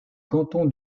canton